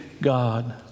God